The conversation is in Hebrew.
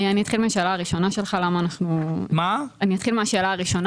אני אתחיל מהשאלה הראשונה שלך למה אנחנו לא מגבילים,